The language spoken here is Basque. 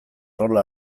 rola